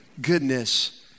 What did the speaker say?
goodness